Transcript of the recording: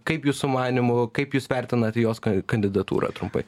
kaip jūsų manymu kaip jūs vertinate jos kandidatūrą trumpai